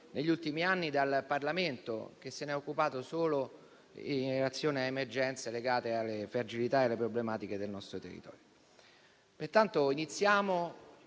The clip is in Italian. negli ultimi anni dal Parlamento, che se n'è occupato solo in relazione a emergenze legate alle fragilità e alle problematiche del nostro territorio. Pertanto, iniziamo